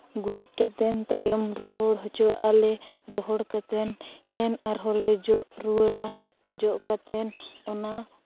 ᱜᱩᱨᱤᱡ ᱠᱟᱛᱮᱫ ᱛᱟᱭᱚᱢ ᱨᱚᱦᱚᱲ ᱦᱚᱪᱚᱣᱟᱜᱼᱟ ᱞᱮ ᱨᱚᱦᱚᱲ ᱠᱟᱛᱮᱫ ᱟᱨᱦᱚᱸ ᱞᱮ ᱡᱚᱜ ᱨᱩᱣᱟᱹᱲᱟ ᱡᱚᱜ ᱠᱟᱛᱮᱫ ᱚᱱᱟ